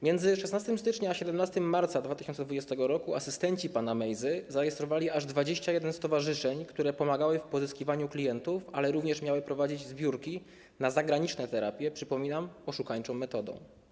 Między 16 stycznia a 17 marca 2020 r. asystenci pana Mejzy zarejestrowali aż 21 stowarzyszeń, które pomagały w pozyskiwaniu klientów, ale również miały prowadzić zbiórki na zagraniczne terapie, przypominam, oszukańczą metodą.